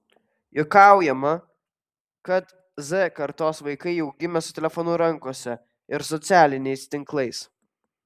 juokaujama kad z kartos vaikai jau gimė su telefonu rankose ir su socialiniais tinklais